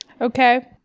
Okay